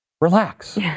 relax